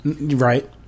Right